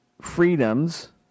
freedoms